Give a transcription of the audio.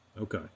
Okay